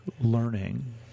learning